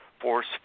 force